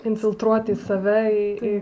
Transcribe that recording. infiltruoti į save į